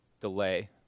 delay